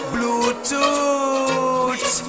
Bluetooth